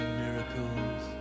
miracles